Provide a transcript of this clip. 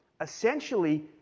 essentially